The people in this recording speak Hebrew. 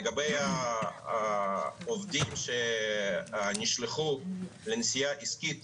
לגבי העובדים שנשלחו לנסיעה עסקית